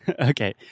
Okay